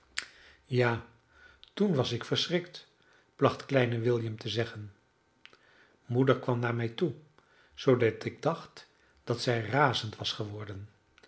ja toen was ik verschrikt placht kleine william te zeggen moeder kwam naar mij toe zoodat ik dacht dat zij razend was geworden